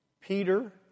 Peter